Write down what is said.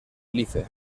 life